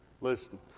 listen